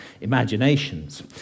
imaginations